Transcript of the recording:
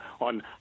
on